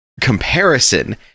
comparison